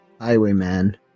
Highwayman